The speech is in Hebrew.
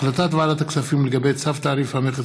החלטת ועדת הכספים לגבי צו תעריף המכס